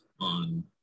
on